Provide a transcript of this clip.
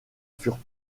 furent